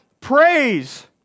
praise